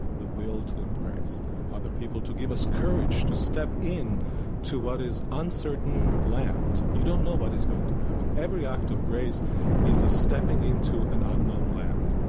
the will to embrace other people, to give us courage to step in to what is uncertain land. you don't know what is going to happen. every act of grace is a stepping into an unknown land.